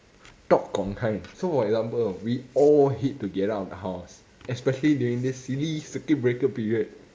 tok gong kind so for example we all hate to get out of the house especially during this silly circuit breaker period